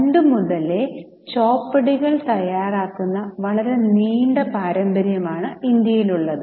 പണ്ടുമുതലേ ചോപഡികൾ തയ്യാറാക്കുന്ന വളരെ നീണ്ട പാരമ്പര്യമാണ് ഇന്ത്യയിലുള്ളത്